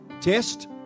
test